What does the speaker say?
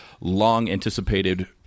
long-anticipated